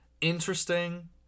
interesting